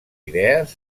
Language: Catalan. idees